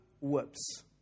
whoops